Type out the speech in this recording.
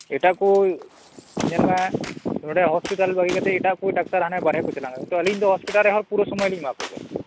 ᱮᱴᱟᱜ ᱠᱚ ᱧᱮᱞ ᱢᱮ ᱱᱚᱸᱰᱮ ᱦᱚᱥᱯᱤᱴᱟᱞ ᱵᱟᱜᱤ ᱠᱟᱛᱮ ᱮᱴᱟᱜ ᱠᱚ ᱰᱟᱠᱛᱟᱨ ᱦᱟᱱᱮ ᱵᱟᱨᱦᱮ ᱠᱚ ᱪᱟᱞᱟᱜᱼᱟ ᱛᱚ ᱟᱹᱞᱤᱧ ᱫᱚ ᱦᱚᱸᱥᱯᱤᱴᱟᱞ ᱨᱮᱦᱚᱸ ᱯᱩᱨᱟᱹ ᱥᱚᱢᱚᱭ ᱞᱤᱧ ᱮᱢᱟ ᱠᱚ ᱠᱟᱱᱟ